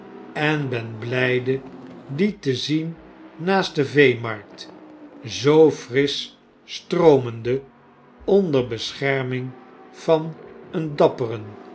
en ben blijde die te zien naast de veemarkt zoo frisch stroomende onder bescherming van een dapperen